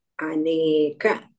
Aneka